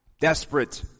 desperate